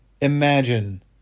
Imagine